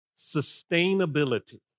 sustainability